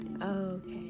Okay